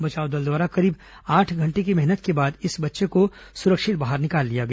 बचाव दल द्वारा करीब आठ घंटे की मेहनत के बाद इस बच्चे को सुरक्षित बाहर निकाल लिया गया